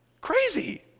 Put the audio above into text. Crazy